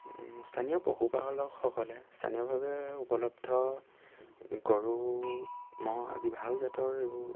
স্থানীয় পশুপালকসকলে স্থানীয়ভাৱে উপলব্ধ গৰু ম'হ আজি ভাল জাতৰ এইবোৰ